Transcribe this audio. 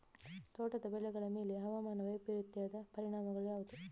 ತೋಟದ ಬೆಳೆಗಳ ಮೇಲೆ ಹವಾಮಾನ ವೈಪರೀತ್ಯದ ಪರಿಣಾಮಗಳು ಯಾವುವು?